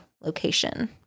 location